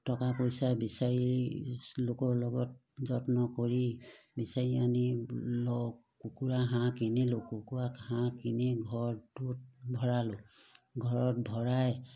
টকা পইচা বিচাৰি লোকৰ লগত যত্ন কৰি বিচাৰি আনি লগ কুকুৰা হাঁহ কিনিলোঁ কুকুৰা হাঁহ কিনি ঘৰটোত ভৰালোঁ ঘৰত ভৰাই